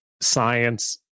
science